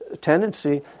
tendency